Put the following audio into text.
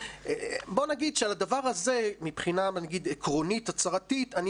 בוא נגיד שעל הדבר הזה מבחינה עקרונית הצהרתית אני